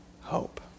hope